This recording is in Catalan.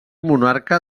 monarca